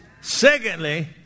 Secondly